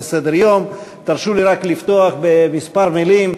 תרשו לי רק לפתוח בכמה מילים.